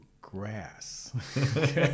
grass